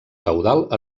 caudal